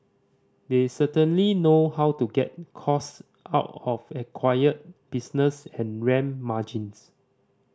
they certainly know how to get costs out of acquired business and ramp margins